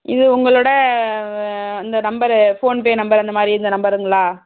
இது உங்களோட இந்த நம்பர் ஃபோன்பே நம்பர் அந்த மாதிரி இந்த நம்பருங்களா